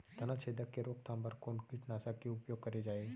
तनाछेदक के रोकथाम बर कोन कीटनाशक के उपयोग करे जाये?